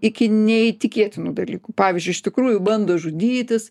iki neįtikėtinų dalykų pavyzdžiui iš tikrųjų bando žudytis